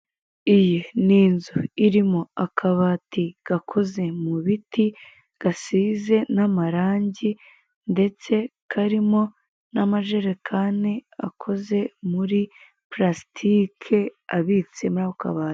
Iyi ni inzu irimo akabati gakoze mu biti gasize n'amarangi, ndetse karimo n'amajerekani akoze muri purasitike abitse muri ako kabati.